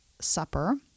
supper